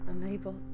unable